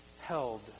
held